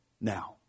now